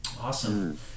Awesome